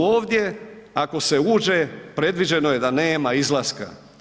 Ovdje ako se uđe, predviđeno je da nema izlaska.